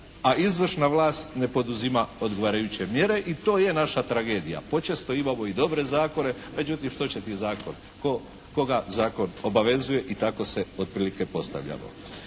a izvršna vlast ne poduzima odgovarajuće mjere i to je naša tragedija. Počesto imamo i dobre zakone, međutim što će ti zakon. Koga zakon obavezuje i tako se otprilike postavljalo.